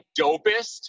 dopest